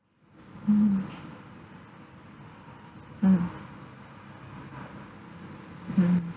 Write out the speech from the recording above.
mm mm mm